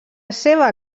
seva